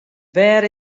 wêr